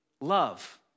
Love